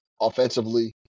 offensively